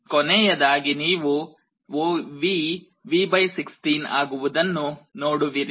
ಕೊನೆಯದಾಗಿ ನೀವು VX V 16 ಆಗುವುದನ್ನು ನೋಡುವಿರಿ